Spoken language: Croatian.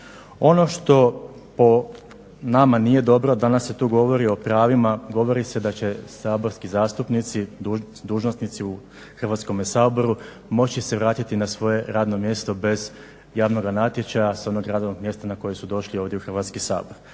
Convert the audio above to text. Ono što po nama nije dobro danas se tu govori o pravima govori se da će saborski zastupnici dužnosnici u Hrvatskome saboru moći se vratiti na svoje radno mjesto bez javnoga natječaja s onog radnog mjesta na koje su došli ovdje u Hrvatski sabor.